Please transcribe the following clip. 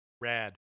Rad